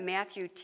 Matthew